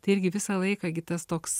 tai irgi visą laiką gi tas toks